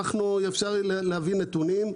אפשר להביא נתונים,